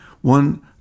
one